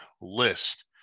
list